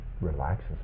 relaxes